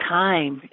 time